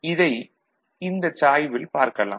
இதை இந்தச் சாய்வில் பார்க்கலாம்